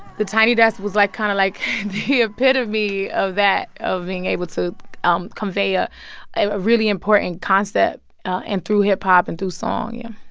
the tiny desk was, like, kind of like the epitome of that, of being able to um convey ah a really important concept and through hip-hop and through song, you